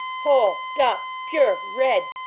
hol dup pure red!